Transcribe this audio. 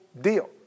Deal